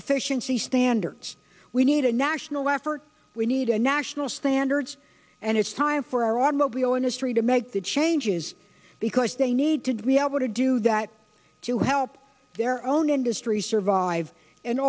efficiency standards we need a national effort we need a national standards and it's time for our automobile industry to make the changes because they need to be able to do that to help their own industry survive and